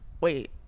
Wait